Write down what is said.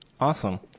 awesome